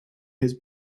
his